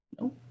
No